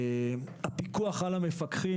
הפיקוח על המפקחים,